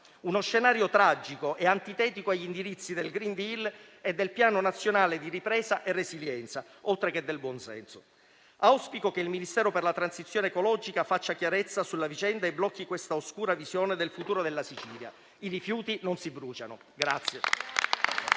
uno scenario tragico e antitetico agli indirizzi del *green deal* e del Piano nazionale di ripresa e resilienza, oltre che del buon senso. Auspico che il Ministero della transizione ecologica faccia chiarezza sulla vicenda e blocchi questa oscura visione del futuro della Sicilia. I rifiuti non si bruciano.